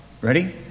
Ready